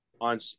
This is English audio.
on